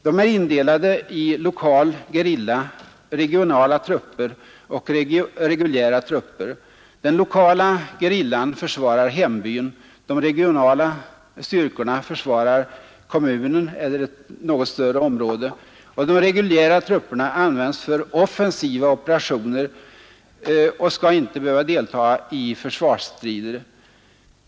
De är indelade i lokal gerilla och regionala och reguljära trupper. Den lokala gerillan försvarar hembyn. De regionala trupperna försvarar hemkommunen eller ett något större område. De reguljära trupperna används endast för offensiva operationer och skall inte behöva delta i försvarsstrider.